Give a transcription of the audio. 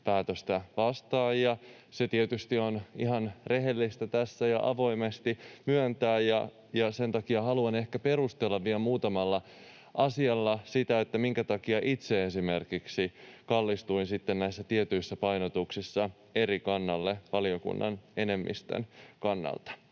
päätöstä vastaan, ja se tietysti on ihan rehellistä tässä avoimesti myöntää, ja sen takia haluan ehkä perustella vielä muutamalla asialla sitä, minkä takia itse esimerkiksi kallistuin näissä tietyissä painotuksissa eri kannalle valiokunnan enemmistön kannalta.